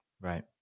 Right